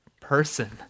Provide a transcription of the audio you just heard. person